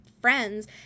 friends